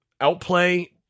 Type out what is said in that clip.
outplay